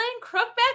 crookback